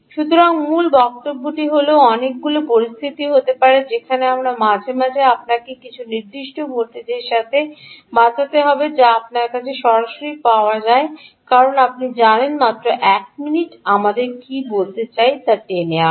সুতরাং মুল বক্তব্যটি হল অনেকগুলি পরিস্থিতি হতে পারে যেখানে আপনার মাঝে মাঝে আপনাকে কিছু নির্দিষ্ট ভোল্টেজের সাথে বাঁচতে হবে যা আপনার কাছে সরাসরি পাওয়া যায় কারণ আপনি জানেন মাত্র এক মিনিট আমাকে কী বলতে চাই তা টেনে আনুন